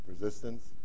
resistance